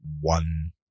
one